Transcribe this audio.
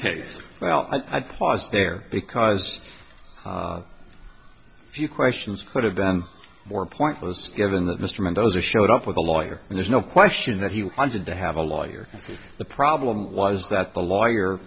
case well i passed there because few questions could have been more pointless given that mr mendoza showed up with a lawyer and there's no question that he wanted to have a lawyer the problem was that the lawyer